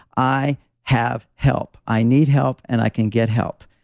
i have help. i need help and i can get help.